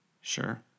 Sure